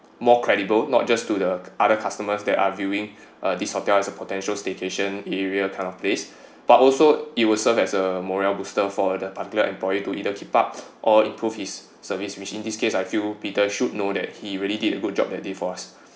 more credible not just to the other customers that are viewing uh this hotel as a potential staycation area kind of place but also it will serve as a morale booster for the particular employee to either keep up or improve his service which in this case I feel peter should know that he really did a good job that he did for us